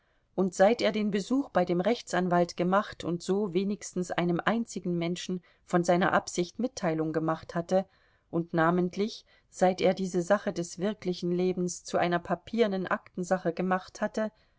und seit er den besuch bei dem rechtsanwalt gemacht und so wenigstens einem einzigen menschen von seiner absicht mitteilung gemacht hatte und namentlich seit er diese sache des wirklichen lebens zu einer papiernen aktensache gemacht hatte